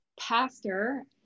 pastor